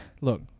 look